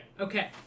Okay